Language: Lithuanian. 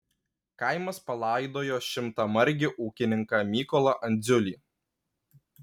kaimas palaidojo šimtamargį ūkininką mykolą andziulį